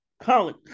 college